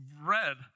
read